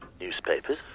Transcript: Newspapers